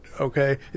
okay